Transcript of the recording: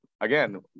again